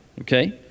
Okay